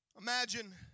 Imagine